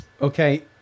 Okay